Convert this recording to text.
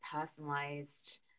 personalized